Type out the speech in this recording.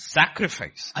sacrifice